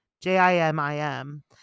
J-I-M-I-M